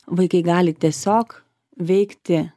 vaikai gali tiesiog veikti